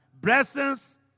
blessings